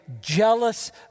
jealous